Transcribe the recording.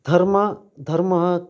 धर्मः धर्मः